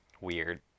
weird